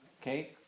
Okay